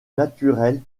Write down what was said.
naturel